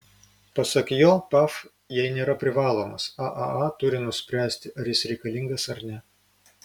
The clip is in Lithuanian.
pasak jo pav jai nėra privalomas aaa turi nuspręsti ar jis reikalingas ar ne